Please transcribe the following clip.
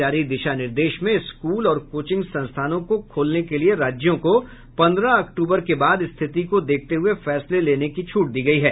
जारी दिशा निर्देश में स्कूल और कोचिंग संस्थानों को खोलने के लिए राज्यों को पन्द्रह अक्टूबर के बाद स्थिति को देखते हुए फैसले लेने की छूट दी गयी है